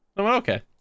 Okay